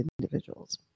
individuals